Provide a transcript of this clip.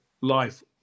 life